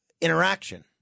interaction